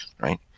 right